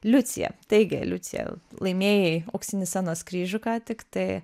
liucija taigi liucija laimėjai auksinį scenos kryžių ką tiktai